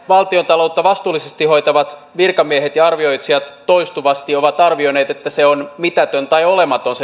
valtiontaloutta vastuullisesti hoitavat virkamiehet ja arvioitsijat toistuvasti ovat arvioineet että se liikkumavara on todellisuudessa mitätön tai olematon